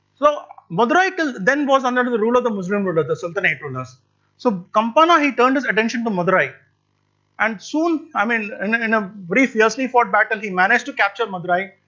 so madurai till then was under and the rule of muslim ruler, the sultanate rulers. so kampana he turned his attention to madurai and soon, i mean and in a very fiercely fought battle he managed to capture madurai,